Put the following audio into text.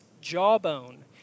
jawbone